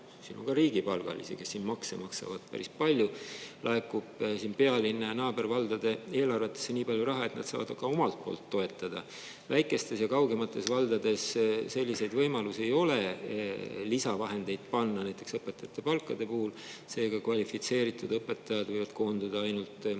siin on ka riigipalgalisi, kes makse maksavad päris palju – pealinna ja naabervaldade eelarvetesse nii palju raha, et nad saavad ka omalt poolt toetada, väikestes ja kaugemates valdades ei ole selliseid võimalusi, et lisavahendeid panna näiteks õpetajate palkadesse. Seega, kvalifitseeritud õpetajad võivad koonduda ainult ühte